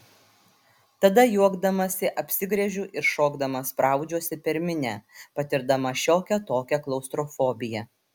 tada juokdamasi apsigręžiu ir šokdama spraudžiuosi per minią patirdama šiokią tokią klaustrofobiją